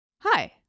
Hi